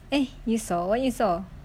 eh you saw what you saw